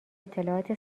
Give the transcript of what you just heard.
اطلاعات